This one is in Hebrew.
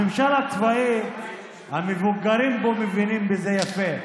הממשל הצבאי, המבוגרים פה מבינים בזה יפה,